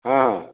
ହଁ